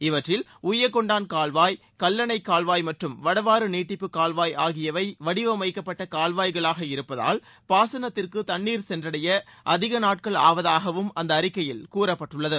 இவற்றில் உய்யகொண்டான் கால்வாய் கல்லணைக் கால்வாய் மற்றும் வடவாறு நீட்டிப்பு கால்வாய் ஆகியவை வடிவமைக்கப்பட்ட கால்வாய்களாக இருப்பதால் பாசனத்திற்கு தண்ணீர் சென்றடைய அதிக நாட்கள் ஆவதாகவும் அந்த அறிக்கையில் கூறப்பட்டுள்ளது